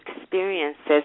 experiences